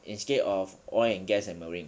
instead of oil and gas and marine